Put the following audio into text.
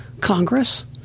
Congress